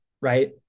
right